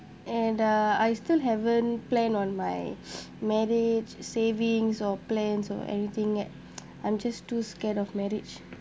and uh I still haven't plan on my marriage savings or plans or anything yet I'm just too scared of marriage